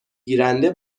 گیرنده